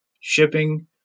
shipping